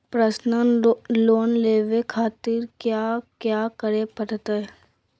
Personal loan लेवे खातिर कया क्या करे पड़तइ?